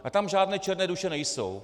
A tam žádné černé duše nejsou.